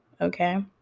Okay